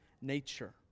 nature